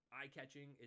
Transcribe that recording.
eye-catching